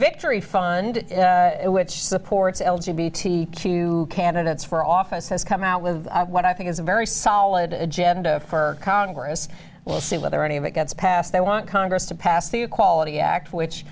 victory fund which supports l g b t q candidates for office has come out with what i think is a very solid agenda for congress we'll see whether any of it gets passed they want congress to pass the equality act which